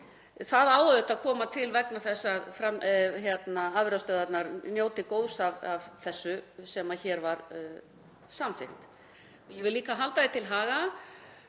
Það á auðvitað að koma til vegna þess að afurðastöðvarnar njóti góðs af þessu sem hér var samþykkt. Ég vil líka halda því til haga